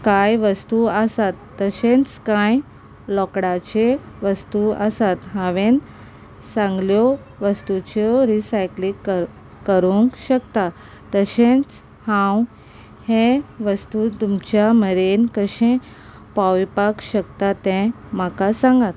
कांय वस्तू आसात तशेंच कांय लोकडाचे वस्तू आसात हांवें सांगल्यो वस्तूच्यो रिसायकलींग करूंक शकता तशेंच हांव हे वस्तू तुमच्या मेरेन कशें पावयपाक शकता तें म्हाका सांगात